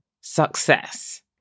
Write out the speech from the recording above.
success